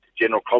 General